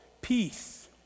peace